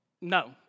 No